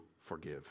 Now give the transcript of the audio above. forgive